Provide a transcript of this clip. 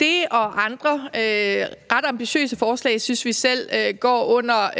Det og andre ret ambitiøse forslag synes vi selv går under